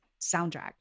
soundtrack